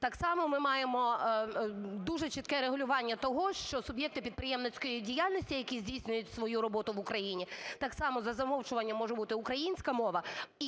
Так само ми маємо дуже чітке регулювання того, що суб'єкти підприємницької діяльності, які здійснюють свою роботу в Україні, так само за замовчуванням може бути українська мова